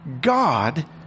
God